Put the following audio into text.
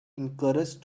encouraged